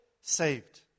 saved